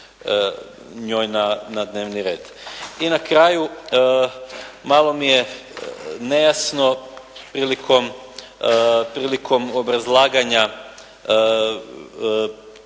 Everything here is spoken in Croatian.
njoj na dnevni red. I na kraju malo mi je nejasno prilikom obrazlaganja